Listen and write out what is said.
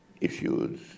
issues